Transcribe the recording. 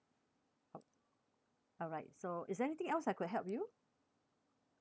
alright so is there anything else I could help you